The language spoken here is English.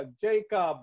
Jacob